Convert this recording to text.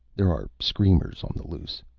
there are screamers on the loose.